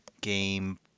game